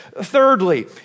Thirdly